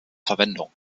verwendung